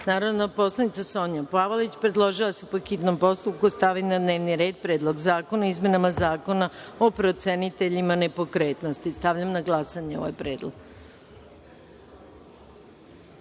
predlog. Narodna poslanica Sonja Pavlović predložila je da se, po hitnom postupku, stavi na dnevni red - Predlog zakona o izmenama Zakona o proceniteljima nepokretnosti. Stavljam na glasanje ovaj predlog. Molim